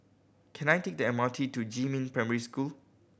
can I take the M R T to Jiemin Primary School